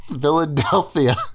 Philadelphia